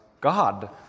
God